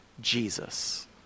Jesus